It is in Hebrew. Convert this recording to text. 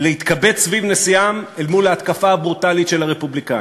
להתקבץ סביב נשיאם אל מול ההתקפה הברוטלית של הרפובליקנים,